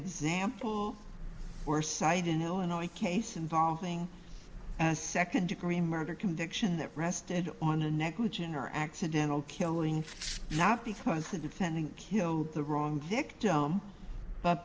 example or cite in illinois case involving a second degree murder conviction that rested on a negligent or accidental killing not because the defendant killed the wrong victim but